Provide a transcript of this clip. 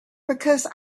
because